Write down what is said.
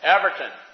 Everton